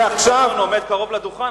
חבר הכנסת בר-און עומד קרוב לדוכן,